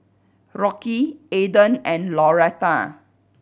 Rocky Eden and Lauretta